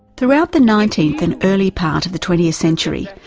throughout the nineteenth and early part of the twentieth century,